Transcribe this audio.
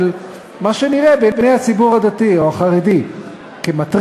מה שנראה בעיני הציבור הדתי או החרדי כמתריס,